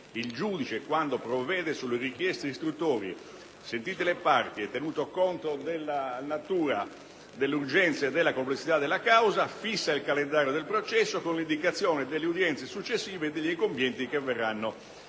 «Il giudice, quando provvede sulle richieste istruttorie sentite le parti e tenuto conto della natura, dell'urgenza e della complessità della causa, fissa il calendario del processo con l'indicazione delle udienze successive e degli incombenti che verranno